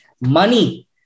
money